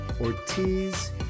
Ortiz